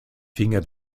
finger